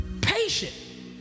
Patient